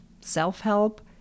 self-help